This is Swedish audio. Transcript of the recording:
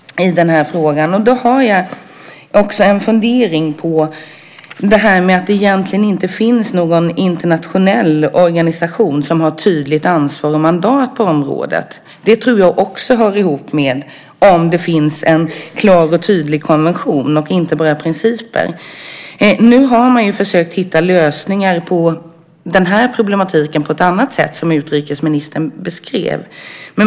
Jag har också en fundering på detta med att det egentligen inte finns någon internationell organisation som har tydligt ansvar och mandat på området. Det tror jag också hör ihop med om det finns en klar och tydlig konvention och inte bara principer. Nu har man försökt hitta lösningar på problematiken på ett annat sätt, som utrikesministern beskrev.